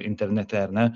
internete ar ne